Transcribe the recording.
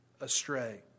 astray